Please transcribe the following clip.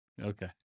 Okay